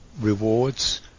rewards